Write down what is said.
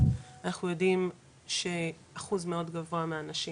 אנחנו יודעים שאחוז מאוד גבוה מהנשים,